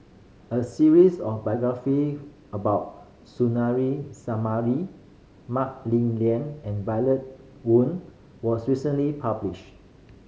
a series of biography about Suzairhe Sumari Mah Li Lian and Violet Oon was recently published